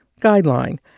Guideline